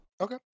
Okay